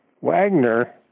Wagner